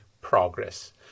progress